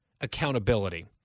accountability